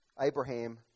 Abraham